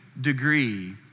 degree